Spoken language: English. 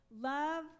love